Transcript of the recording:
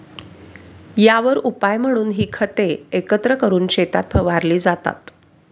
यावर उपाय म्हणून ही खते एकत्र करून शेतात फवारली जातात